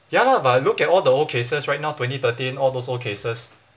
ya lah but look at all the old cases right now twenty thirteen all those old cases